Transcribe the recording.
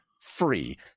free